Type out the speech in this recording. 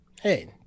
Hey